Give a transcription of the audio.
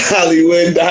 Hollywood